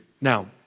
Now